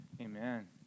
Amen